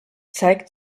zeigt